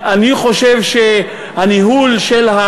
חברי הכנסת,